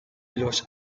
los